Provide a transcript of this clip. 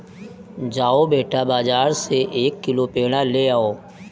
जाओ बेटा, बाजार से एक किलो पेड़ा ले आओ